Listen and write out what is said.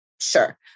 Sure